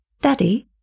Daddy